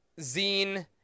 Zine